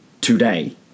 Today